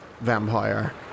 vampire